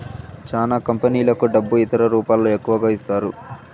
చానా కంపెనీలకు డబ్బు ఇతర రూపాల్లో ఎక్కువగా ఇస్తారు